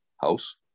House